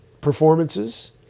performances